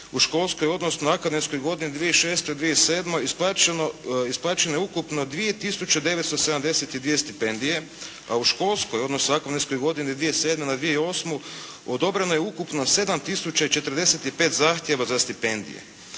u školskoj, odnosno na akademskoj godini 2006./2007. isplaćeno je ukupno 2972 stipendije, a u školskoj, odnosno akademskoj godini 2007. na 2008. odobreno je ukupno 7 tisuća i 45 zahtjeva za stipendije.